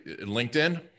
LinkedIn